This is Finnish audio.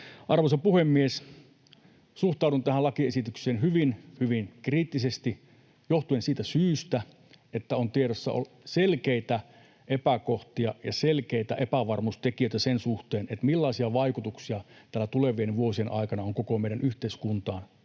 Arvoisa puhemies! Suhtaudun tähän lakiesitykseen hyvin, hyvin kriittisesti johtuen siitä syystä, että on tiedossa selkeitä epäkohtia ja selkeitä epävarmuustekijöitä sen suhteen, millaisia vaikutuksia tällä tulevien vuosien aikana on koko meidän yhteiskuntaan,